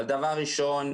דבר ראשון,